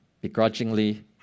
begrudgingly